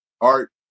art